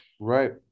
Right